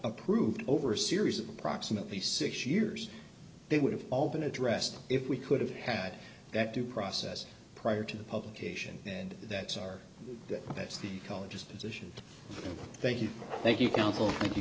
approved over a series of approximately six years they would have all been addressed if we could have had that due process prior to the publication and that's our that's the college of physicians thank you thank you counsel